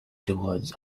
towards